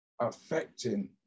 affecting